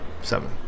seven